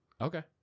Okay